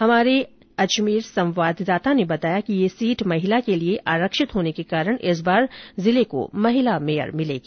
हमारे संवाददाता ने बताया कि यह सीट महिला के लिए आरक्षित होने के कारण इस बार जिले को महिला मेयर मिलेगी